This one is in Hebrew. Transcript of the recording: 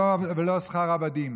ולא שכר עבדים